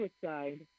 suicide